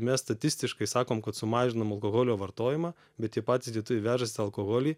mes statistiškai sakom kad sumažinom alkoholio vartojimą bet tie patys lietuviai vežasi alkoholį